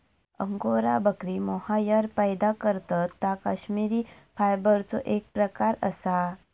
angora बकरी mohair पैदा करतत ता कश्मिरी फायबरचो एक प्रकार असा